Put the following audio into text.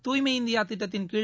துய்மை இந்தியா திட்டத்தின்கீழ